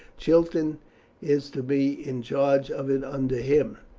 chiton is to be in charge of it under him.